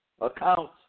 accounts